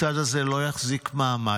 הצד הזה לא יחזיק מעמד.